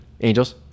angels